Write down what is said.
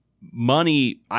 money –